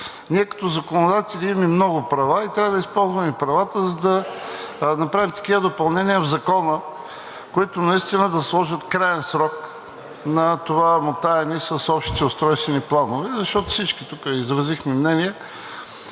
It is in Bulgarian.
Ние като законодатели имаме много права и трябва да използваме правата, за да направим такива допълнения в Закона, които наистина да сложат краен срок на това мотаене с общите устройствени планове, защото всички тук изразихме мнение.